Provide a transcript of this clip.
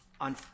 On